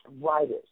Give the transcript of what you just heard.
writers